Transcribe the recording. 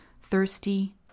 thirsty